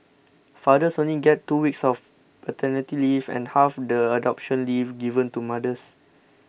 fathers only get two weeks of paternity leave and half the adoption leave given to mothers